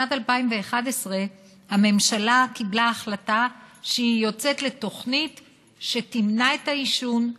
בשנת 2011 הממשלה קיבלה החלטה שהיא יוצאת לתוכנית שתמנע את העישון,